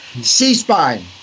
C-spine